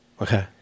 okay